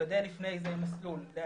לוודא לפני כן אם הוא בבית,